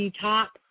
Top